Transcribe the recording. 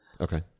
Okay